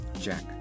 Jack